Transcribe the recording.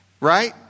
right